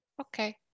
okay